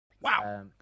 Wow